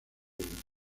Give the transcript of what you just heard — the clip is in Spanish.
del